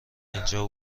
اینجا